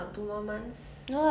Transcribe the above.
sale